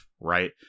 right